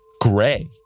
gray